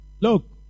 Look